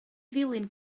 ddilyn